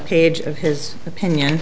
page of his opinion